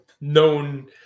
known –